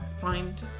find